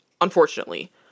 Unfortunately